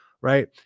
right